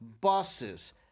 buses